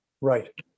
Right